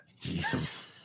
Jesus